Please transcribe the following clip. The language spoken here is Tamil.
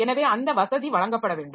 எனவே அந்த வசதி வழங்கப்பட வேண்டும்